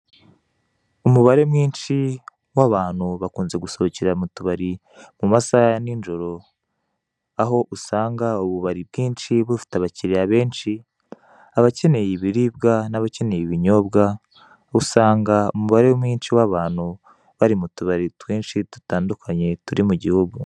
Umubare mwinshi w'abantu bakunze guserukira mu tubari, mu masaha ya ninjiro, aho usanga ububari bwinshi bufite abakiriya benshi, abakeneye ibiribwa n'abakeneye ibinyobwa, usanga umubare mwinshi w'abantu bari mu tubari twinshi dutandukanye, turi mu gihugu.